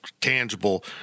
tangible